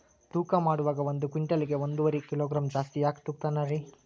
ತೂಕಮಾಡುವಾಗ ಒಂದು ಕ್ವಿಂಟಾಲ್ ಗೆ ಒಂದುವರಿ ಕಿಲೋಗ್ರಾಂ ಜಾಸ್ತಿ ಯಾಕ ತೂಗ್ತಾನ ರೇ?